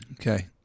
Okay